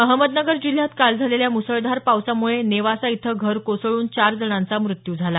अहमदनगर जिल्ह्यात काल झालेल्या म्सळधार पावसामुळे नेवासा इथं घर कोसळून चार जणांचा मृत्यू झाला